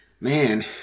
Man